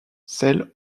celle